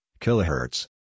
kilohertz